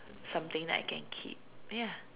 something that I can keep ya